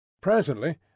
Presently